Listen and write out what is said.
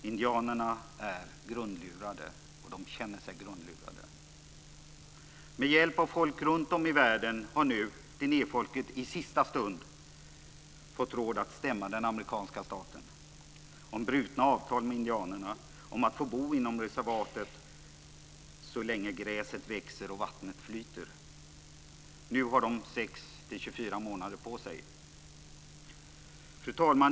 Indianerna är grundlurade, och de känner sig grundlurade. Med hjälp av folk runtom i världen har nu dinehfolket i sista stund fått råd att stämma den amerikanska staten för brutna avtal med indianerna om att få bo inom reservatet så länge gräset växer och vattnet flyter. Nu har de 6-24 månader på sig. Fru talman!